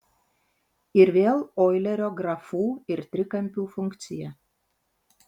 ir vėl oilerio grafų ir trikampių funkcija